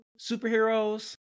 superheroes